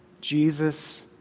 Jesus